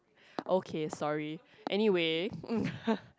okay sorry anyway